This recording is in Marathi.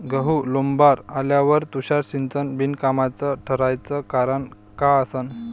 गहू लोम्बावर आल्यावर तुषार सिंचन बिनकामाचं ठराचं कारन का असन?